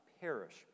perish